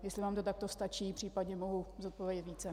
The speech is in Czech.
Jestli vám to takto stačí, případně mohu zodpovědět více.